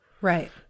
right